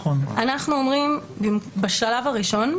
אנחנו אומרים שבשלב הראשון,